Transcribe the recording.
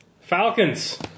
Falcons